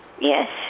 Yes